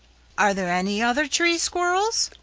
are there any other tree squirrels?